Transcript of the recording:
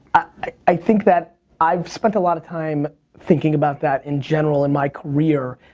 i think that i've spent a lot of time thinking about that in general in my career,